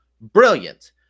Brilliant